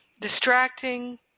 distracting